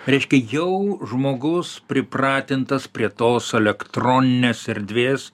reiškia jau žmogus pripratintas prie tos elektroninės erdvės